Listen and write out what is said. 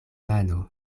mano